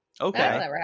Okay